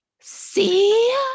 see